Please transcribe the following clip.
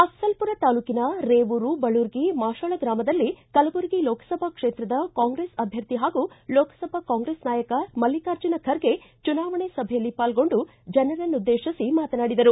ಅಫಜಲ್ ಪುರ ತಾಲೂಕಿನ ರೇವೂರು ಬಳೂರಗಿ ಮಾಶಾಳ ಗ್ರಾಮದಲ್ಲಿ ಕಲಬುರಗಿ ಲೋಕಸಭಾ ಕ್ಷೇತ್ರದ ಕಾಂಗ್ರೆಸ್ ಅಭ್ವರ್ಥಿ ಹಾಗು ಲೋಕಸಭಾ ಕಾಂಗ್ರೆಸ್ ನಾಯಕ ಮಲ್ಲಿಕಾರ್ಜುನ ಖರ್ಗೆ ಚುನಾವಣೆ ಸಭೆಯಲ್ಲಿ ಪಾಲ್ಗೊಂಡು ಜನರನ್ನುದ್ದೇಶಿಸಿ ಮಾತನಾಡಿದರು